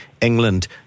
England